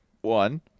one